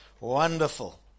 Wonderful